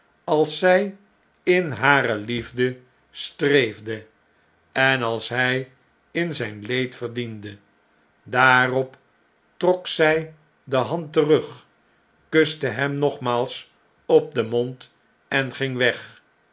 als zjj in hare liefde streefde en alshjj in zjjn leed verdiende daarop trok zjj de hand terug kuste hem nogmaals op den mond en ging weg